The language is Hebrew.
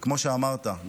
וכמו שאמרת,